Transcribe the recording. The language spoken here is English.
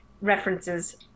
references